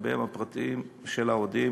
רכביהם הפרטיים של האוהדים,